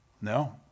No